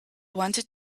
wanted